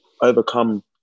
overcome